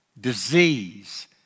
disease